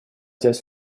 взять